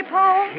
Paul